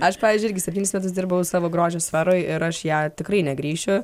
aš pavyzdžiui irgi septynis metus dirbau savo grožio sferoj ir aš į ją tikrai negrįšiu